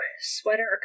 sweater